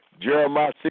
Jeremiah